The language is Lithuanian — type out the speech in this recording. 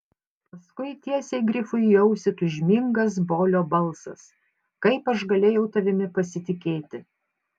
paskui tiesiai grifui į ausį tūžmingas bolio balsas kaip aš galėjau tavimi pasitikėti